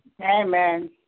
Amen